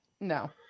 No